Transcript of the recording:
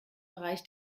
bereich